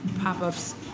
pop-ups